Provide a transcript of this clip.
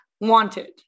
wanted